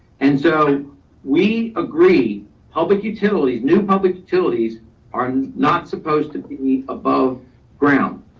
and so we agree public utilities, new public utilities are not supposed to be above ground.